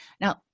now